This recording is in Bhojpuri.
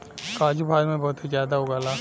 काजू भारत में बहुते जादा उगला